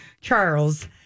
Charles